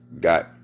Got